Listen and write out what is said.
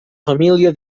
família